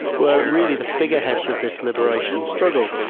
were really the figureheads of this liberation struggle.